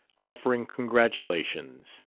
offering congratulations.